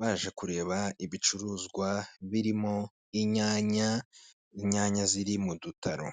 baje kureba ibicuruzwa birimo inyanya, inyanya ziri mu dutaro.